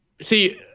See